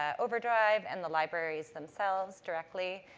ah overdrive and the libraries themselves directly.